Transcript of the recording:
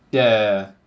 yeah yeah yeah